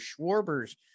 Schwarbers